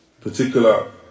particular